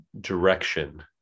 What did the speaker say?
direction